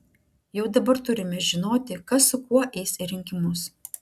jau dabar turime žinoti kas su kuo eis į rinkimus